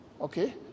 Okay